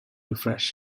refreshed